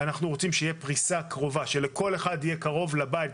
לכן אנחנו רוצים שתהיה פריסה קרובה כך שלכל אחד יהיה קרוב לבית.